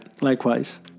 Likewise